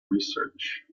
research